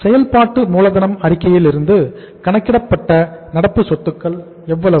செயல்பாட்டு மூலதனம் அறிக்கையிலிருந்து கணக்கிடப்பட்ட நடப்பு சொத்துக்கள் எவ்வளவு